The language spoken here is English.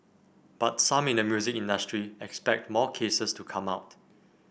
but some in the music industry expect more cases to come out